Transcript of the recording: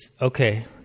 Okay